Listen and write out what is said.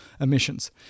emissions